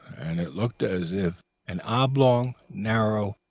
and it looked as if an oblong, narrow,